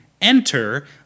Enter